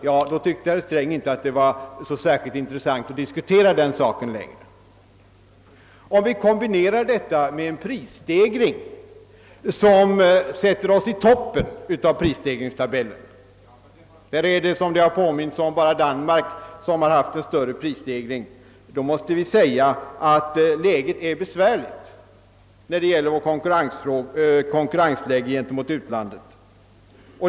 Om vi kombinerar detta bottenläge beträffande produktionsökningen med en prisstegring som placerar oss i toppen av prisstegringstabellen — det är, som det också påmints om, bara Danmark som haft en större prisstegring — så måste vi säga att konkurrensläget gentemot utlandet är besvärligt.